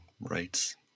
rights